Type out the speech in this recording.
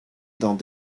dans